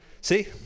See